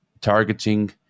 targeting